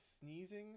sneezing